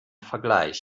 vergleich